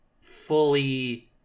fully –